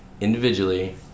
individually